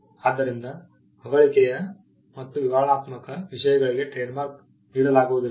ಆದ್ದರಿಂದ ಹೊಗಳಿಕೆಯ ಮತ್ತು ವಿವರಣಾತ್ಮಕ ವಿಷಯಗಳಿಗೆ ಟ್ರೇಡ್ಮಾರ್ಕ್ ನೀಡಲಾಗುವುದಿಲ್ಲ